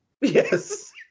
Yes